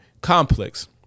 Complex